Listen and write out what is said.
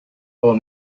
old